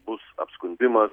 bus apskundimas